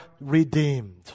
redeemed